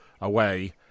away